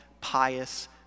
pious